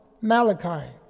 Malachi